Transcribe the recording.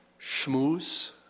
schmooze